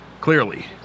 Clearly